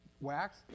wax